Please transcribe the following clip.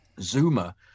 Zuma